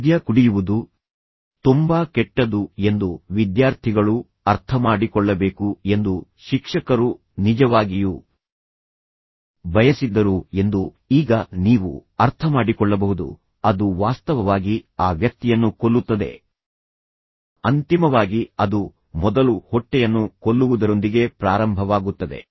ಮದ್ಯ ಕುಡಿಯುವುದು ತುಂಬಾ ಕೆಟ್ಟದು ಎಂದು ವಿದ್ಯಾರ್ಥಿಗಳು ಅರ್ಥಮಾಡಿಕೊಳ್ಳಬೇಕು ಎಂದು ಶಿಕ್ಷಕರು ನಿಜವಾಗಿಯೂ ಬಯಸಿದ್ದರು ಎಂದು ಈಗ ನೀವು ಅರ್ಥಮಾಡಿಕೊಳ್ಳಬಹುದು ಅದು ವಾಸ್ತವವಾಗಿ ಆ ವ್ಯಕ್ತಿಯನ್ನು ಕೊಲ್ಲುತ್ತದೆ ಅಂತಿಮವಾಗಿ ಅದು ಮೊದಲು ಹೊಟ್ಟೆಯನ್ನು ಕೊಲ್ಲುವುದರೊಂದಿಗೆ ಪ್ರಾರಂಭವಾಗುತ್ತದೆ